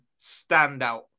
standout